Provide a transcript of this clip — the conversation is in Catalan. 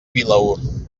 vilaür